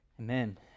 Amen